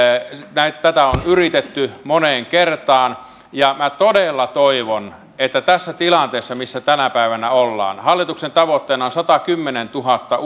tätä on yritetty moneen kertaan ja minä todella toivon että tässä tilanteessa missä tänä päivänä ollaan hallituksen tavoitteena on satakymmentätuhatta